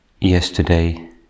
Yesterday